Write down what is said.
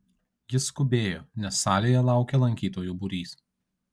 jis skubėjo nes salėje laukė lankytojų būrys